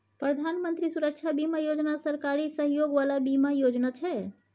प्रधानमंत्री सुरक्षा बीमा योजना सरकारी सहयोग बला बीमा योजना छै